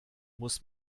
muss